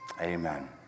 Amen